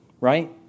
right